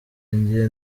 njye